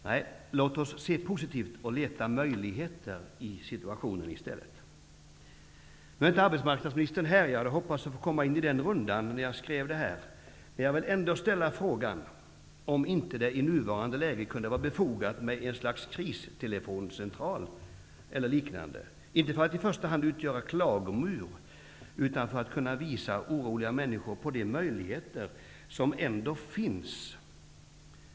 Nej, låt oss i stället vara positiva och söka möjligheter i situationen. Nu är inte arbetsmarknadsministern här. Jag hade hoppats få komma in i den rundan när jag skrev mitt anförande. Men jag vill ändå ställa en fråga huruvida det inte i nuvarande läge kunde vara befogat att inrätta en slags kristelefoncentral eller liknande, inte för att i första hand utgöra klagomur, utan för att hjälpa oroliga människor att se de möjligheter som ändå finns.